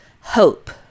hope